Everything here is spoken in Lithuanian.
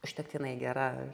užtektinai gera